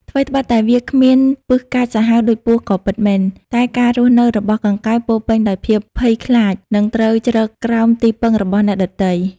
ថ្វីត្បិតតែវាគ្មានពិសកាចសាហាវដូចពស់ក៏ពិតមែន តែការស់នៅរបស់កង្កែបពោរពេញដោយភាពភ័យខ្លាច និងត្រូវជ្រកក្រោមទីពឹងរបស់អ្នកដទៃ។